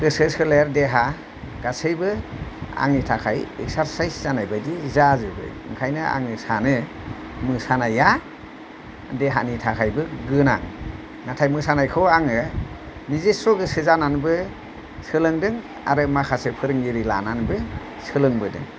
गोसो सोलेर देहा गासैबो आंनि थाखाय एक्सारसाइस जानाय बादि जाजोबो ओंखायनो आङो सानो मोसानाया देहानि थाखायबो गोनां नाथाय मोसानायखौ आङो निजेस' गोसो जानानैबो सोलोंदों आरो माखासे फोरोंगिरि लानानैबो सोलोंबोदों